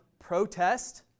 protest